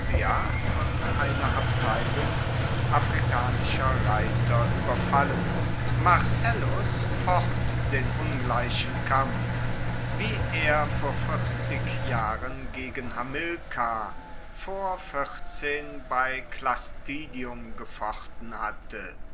von einer abteilung afrikanischer reiter ueberfallen marcellus focht den ungleichen kampf wie er vor vierzig jahren gegen hamilkar vor vierzehn bei clastidium gefochten hatte